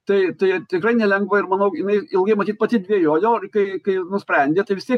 tai tai tikrai nelengva ir manau jinai ilgai matyt pati dvejojo ir kai kai nusprendė tai vis tiek